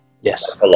yes